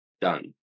done